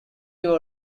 you